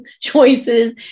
choices